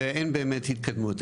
ואין באמת התקדמות.